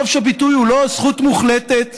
חופש הביטוי הוא לא זכות מוחלטת.